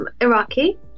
Iraqi